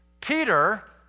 Peter